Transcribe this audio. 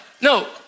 No